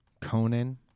Conan